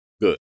Good